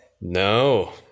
No